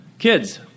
Kids